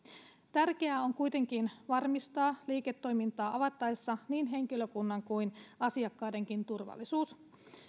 tärkeää on kuitenkin varmistaa liiketoimintaa avattaessa niin henkilökunnan kuin asiakkaidenkin turvallisuus